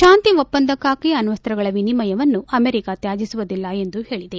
ಶಾಂತಿ ಒಪ್ಪಂದಕ್ಕಾಗಿ ಅಣ್ಣಸ್ತ್ರಗಳ ವಿನಿಮಯವನ್ನು ಅಮೆರಿಕ ತ್ಯಾಜಿಸುವುದಿಲ್ಲ ಎಂದು ಹೇಳಿದೆ